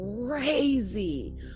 crazy